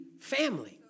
family